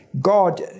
God